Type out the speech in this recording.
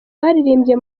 baririmbye